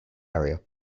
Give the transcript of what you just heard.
area